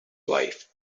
wife